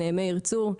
מאיר צור,